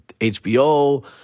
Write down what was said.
HBO